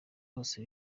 bose